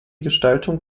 gestaltung